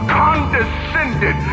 condescended